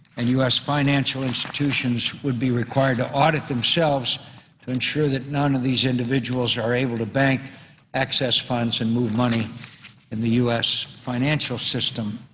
and u s. financial institutions would be required to audit themselves to ensure that none of these individuals are able to bank access funds and move money in the u s. financial system.